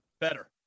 better